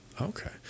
Okay